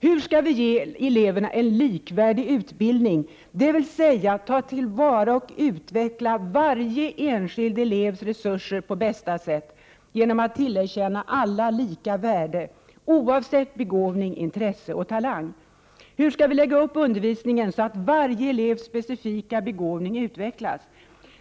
Hur skall vi ge eleverna en likvärdig utbildning, dvs. ta till vara och utveckla varje enskild elevs resurser på bästa sätt genom att tillerkänna alla lika värde oavsett begåvning, intresse och talang? Hur skall vi lägga upp undervisningen så att varje elevs specifika begåvning utvecklas?